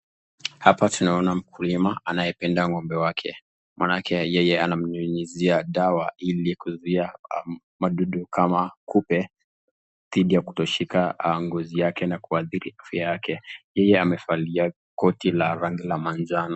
Hapa tunaona mkulima anayependa ng'ombe wake, maanake yeye anamnyunyizia dawa ili kuzuia madudu kama kupe dhidi ya kutoshika ngozi yake na kuathiri afya yake, pia amevalia koti la rangi ya manjano.